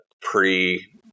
pre